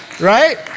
right